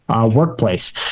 workplace